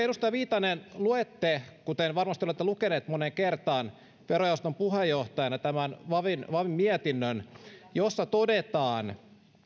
edustaja viitanen luette kuten varmasti olette lukenut moneen kertaan verojaoston puheenjohtajana tämän vavn vavn mietinnön niin siinä todetaan